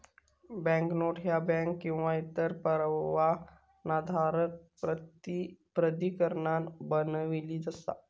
banknote ह्या bank किंवा इतर परवानाधारक प्राधिकरणान बनविली असा